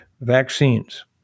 vaccines